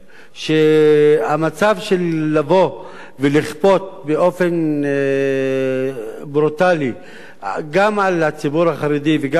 שהמצב של לבוא ולכפות באופן ברוטלי גם על הציבור החרדי וגם על הציבור